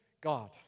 God